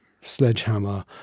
sledgehammer